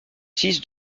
six